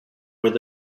where